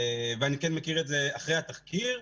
ואני כן מכיר את זה אחרי התחקיר,